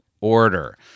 order